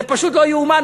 זה פשוט לא יאומן,